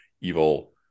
evil